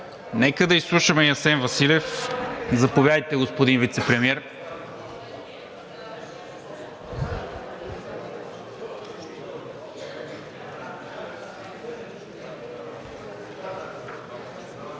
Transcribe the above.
Нека да изслушаме и Асен Василев. Заповядайте, господин Вицепремиер.